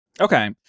Okay